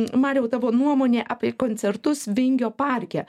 mariau tavo nuomonė apie koncertus vingio parke